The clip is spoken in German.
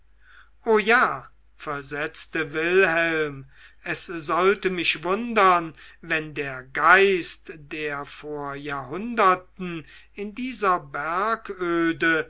o ja versetzte wilhelm es sollte mich wundern wenn der geist der vor jahrhunderten in dieser